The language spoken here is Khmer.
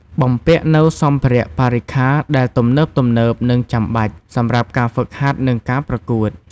បំពាក់នូវសម្ភារៈបរិក្ខារដែលទំនើបៗនិងចាំបាច់ សម្រាប់ការហ្វឹកហាត់ និងការប្រកួត។